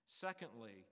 Secondly